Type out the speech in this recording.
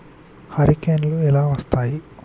హరికేన్లు ఎలా వస్తాయి?